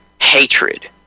Hatred